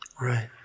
Right